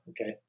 okay